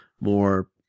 more